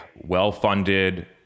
well-funded